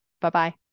Bye-bye